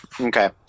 Okay